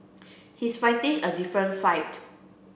he's fighting a different fight